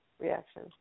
reaction